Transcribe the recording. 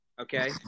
Okay